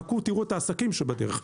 חכו תראו את העסקים שבדרך.